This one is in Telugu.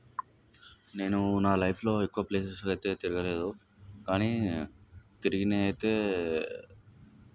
నేను నా లైఫ్లో ఎక్కువ ప్లేసెస్ అయితే తిరగలేదు కానీ తిరిగినవి అయితే